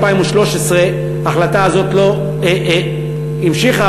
ב-2013 ההחלטה הזאת לא המשיכה,